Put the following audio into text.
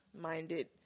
minded